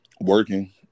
working